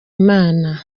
imana